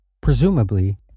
presumably